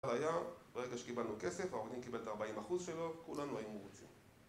ברגע שקיבלנו כסף, העורך-דין קיבל את ה-40% שלו, כולנו היינו מרוצים